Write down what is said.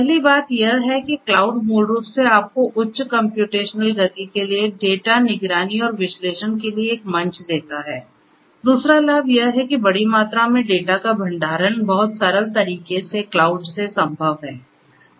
पहली बात यह है कि क्लाउड मूल रूप से आपको उच्च कम्प्यूटेशनल गति के लिए डेटा निगरानी और विश्लेषण के लिए एक मंच देता है दूसरा लाभ यह है कि बड़ी मात्रा में डेटा का भंडारण बहुत सरल तरीके से क्लाउड से संभव है